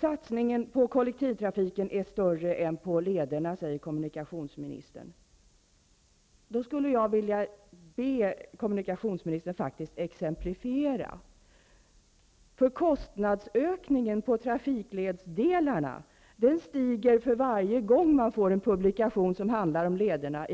Satsningen på kollektivtrafiken är större än satsningen på lederna, säger kommunikationsministern. Jag skulle vilja be kommunikationsministern att ge ett exempel. Kostnadsökningen vad gäller trafikledsdelarna blir ju allt större. Det framgår varje gång man får i sin hand en publikation om lederna.